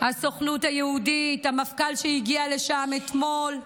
הסוכנות היהודית, המפכ"ל, שהגיע לשם אתמול,